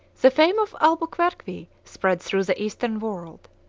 the fame of albuquerque spread throughout the eastern world.